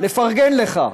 לפרגן לך.